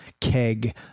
Keg